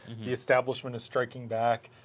the establishment is striking back.